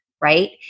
right